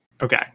okay